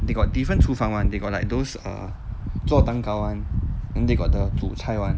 they got different 厨房 [one] they got like those err 做蛋糕 [one] then they got the 煮菜 [one]